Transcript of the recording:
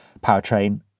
Powertrain